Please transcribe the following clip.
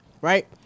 right